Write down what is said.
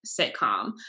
sitcom